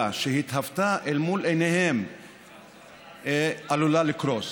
שהתהוותה אל מול עיניהם עלולה לקרוס,